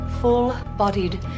Full-bodied